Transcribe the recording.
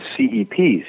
CEPs